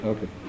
Okay